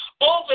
Over